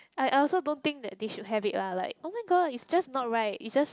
I I also don't think that they should have it lah like oh-my-god it's just not right it's just